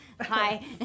Hi